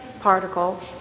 particle